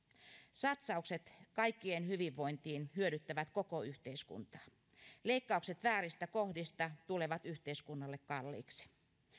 satsaukset kaikkien hyvinvointiin hyödyttävät koko yhteiskuntaa leikkaukset vääristä kohdista tulevat yhteiskunnalle kalliiksi